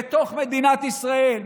בתוך מדינת ישראל,